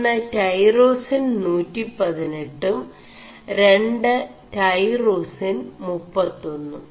ഒM്ൈടേറാസിൻ 118 ഉം ര് ൈടേറാസിൻ 31ഉം